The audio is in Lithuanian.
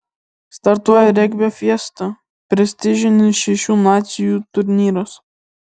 startuoja regbio fiesta prestižinis šešių nacijų turnyras